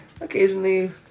occasionally